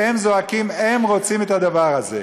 והם זועקים, הם רוצים את הדבר הזה.